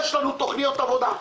יש לנו תכניות עבודה.